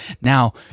now